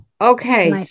Okay